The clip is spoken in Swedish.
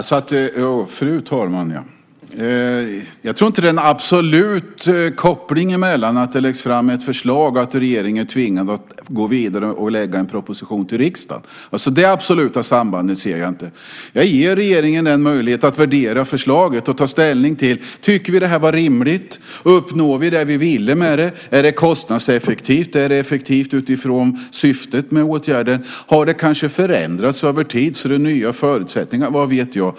Fru talman! Jag tror inte att det är en absolut koppling mellan att det läggs fram ett förslag och att regeringen är tvingad att gå vidare och lägga en proposition till riksdagen. Det absoluta sambandet ser jag inte. Jag ger regeringen en möjlighet att värdera förslaget och ta ställning till det och fundera över: Tycker vi att det här var rimligt, och uppnår vi det vi ville med det? Är det kostnadseffektivt? Är det effektivt utifrån syftet med åtgärden? Har det kanske förändrats över tid så att det är nya förutsättningar? Vad vet jag?